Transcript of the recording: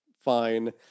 fine